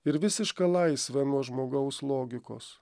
ir visišką laisvę nuo žmogaus logikos